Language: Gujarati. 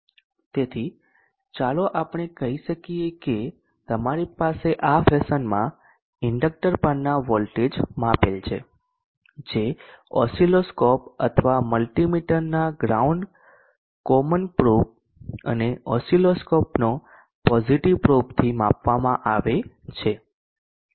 તેથી ચાલો આપણે કહી શકીએ કે તમારી પાસે આ ફેશનમાં ઇન્ડકટર પરના વોલ્ટેજ માપેલ છે જે ઓસિલોસ્કોપ અથવા મલ્ટિમીટરના ગ્રાઉન્ડ કોમન પ્રોબ અને ઓસિલોસ્કોપનો પોઝીટીવ પ્રોબથી માપવામાં આવે છે